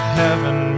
heaven